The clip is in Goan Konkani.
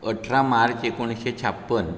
अठरा मार्च एकुणेशें छाप्पन